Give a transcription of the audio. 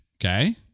okay